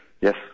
Yes